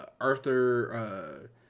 Arthur